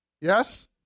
Yes